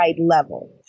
level